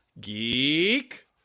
Geek